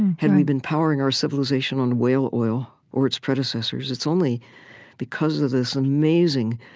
had we been powering our civilization on whale oil or its predecessors. it's only because of this amazing